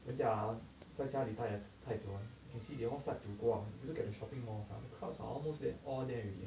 人家 ah 在家里呆的太久 ah you can see they all start to go out if you look at the shopping malls ah the crowds are all there almost all there already